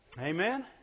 Amen